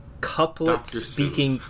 couplet-speaking